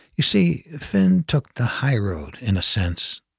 you see, finn took the high road, in a sense,